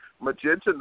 magenta